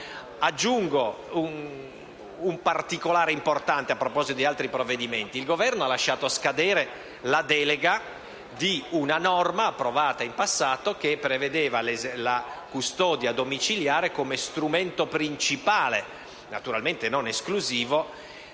Aggiungo un particolare importante a proposito di altri provvedimenti. Il Governo ha lasciato scadere la delega per l'attuazione di una norma approvata in passato che configurava la custodia domiciliare come forma principale - naturalmente non esclusiva